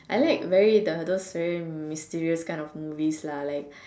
I like very the those very mysterious kind of movies lah like